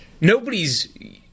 nobody's